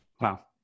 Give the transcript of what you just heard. Wow